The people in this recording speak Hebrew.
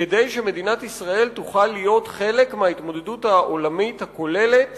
כדי שמדינת ישראל תוכל להיות חלק מההתמודדות העולמית הכוללת